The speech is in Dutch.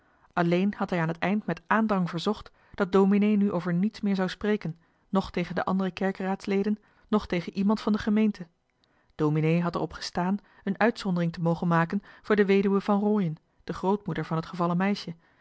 alleen had hij aan het eind met aandrang verzocht dat dominee nu over niets meer zou spreken noch tegen de andere kerkeraadsleden noch tegen iemand van de gemeente dominee had er op gestaan een uitzondering te mogen maken voor de weduwe van rooien de grootmoeder van het gevallen meisje